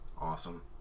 Awesome